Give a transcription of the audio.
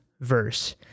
verse